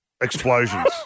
explosions